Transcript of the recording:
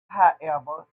however